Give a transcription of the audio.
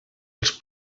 els